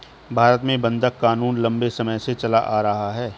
भारत में बंधक क़ानून लम्बे समय से चला आ रहा है